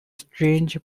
strange